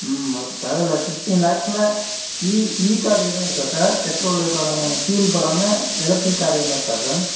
ம் okay sir இல்லை fifteen லேக்ஸில் இ இ கார் எதுவும் இருக்கா சார் பெட்ரோலு இப்போ நான் ஃப்யூல் போடாமல் எலக்ட்ரிக் கார் எதுனா இருக்கா சார்